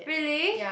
really